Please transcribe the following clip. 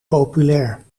populair